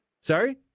Sorry